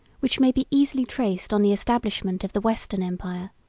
which may be easily traced on the establishment of the western empire,